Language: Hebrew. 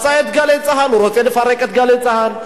מצא את "גלי צה"ל", הוא רוצה לפרק את "גלי צה"ל".